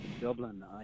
Dublin